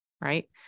right